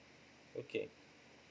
okay